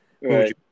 Right